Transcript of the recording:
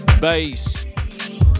bass